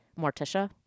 Morticia